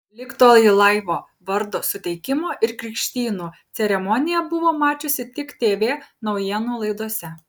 lig tol ji laivo vardo suteikimo ir krikštynų ceremoniją buvo mačiusi tik tv naujienų laidose